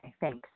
Thanks